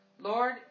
Lord